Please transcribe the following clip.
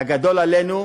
הגדול עלינו,